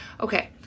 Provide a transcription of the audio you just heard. Okay